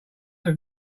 have